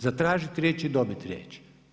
Zatražiti riječ i dobiti riječ.